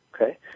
Okay